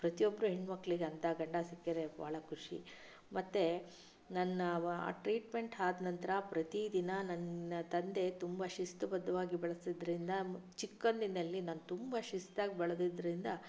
ಪ್ರತಿಯೊಬ್ಬರು ಹೆಣ್ಣುಮಕ್ಕಳಿಗೆ ಅಂಥ ಗಂಡ ಸಿಕ್ಕಿದರೆ ಬಹಳ ಖುಷಿ ಮತ್ತೆ ನನ್ನ ವ ಟ್ರೀಟ್ಮೆಂಟ್ ಆದ ನಂತರ ಪ್ರತಿದಿನ ನನ್ನ ತಂದೆ ತುಂಬ ಶಿಸ್ತುಬದ್ಧವಾಗಿ ಬೆಳೆಸಿದ್ರಿಂದ ಮ್ ಚಿಕ್ಕಂದಿನಲ್ಲಿ ನಾನು ತುಂಬ ಶಿಸ್ತಾಗಿ ಬೆಳೆದಿದ್ರಿಂದ